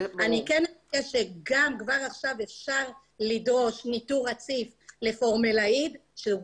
גם עכשיו אפשר לדרוש ניטור רציף לפורמלדהיד שגם